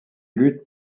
lutte